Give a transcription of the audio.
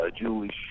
Jewish